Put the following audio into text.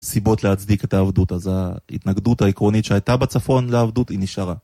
סיבות להצדיק את העבדות אז ההתנגדות העקרונית שהייתה בצפון לעבדות היא נשארה